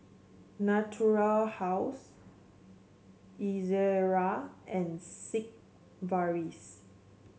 Natura House Ezerra and Sigvaris